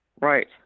Right